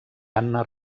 anna